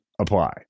apply